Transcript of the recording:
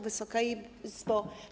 Wysoka Izbo!